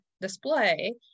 display